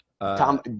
Tom